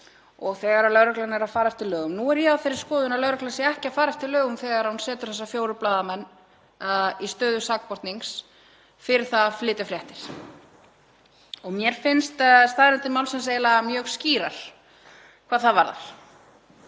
og þegar lögreglan er að fara eftir lögum — nú er ég á þeirri skoðun að lögreglan sé ekki að fara eftir lögum þegar hún setur þessa fjóra blaðamenn í stöðu sakbornings fyrir það að flytja fréttir. Mér finnst staðreyndir málsins eiginlega mjög skýrar hvað það varðar.